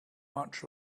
much